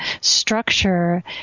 structure